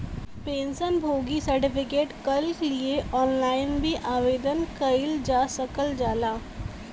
pension भोगी certificate कल लिए ऑनलाइन भी आवेदन कइल जा सकल जाला